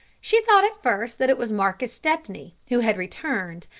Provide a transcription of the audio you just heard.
she thought at first that it was marcus stepney who had returned,